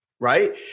Right